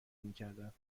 میکردند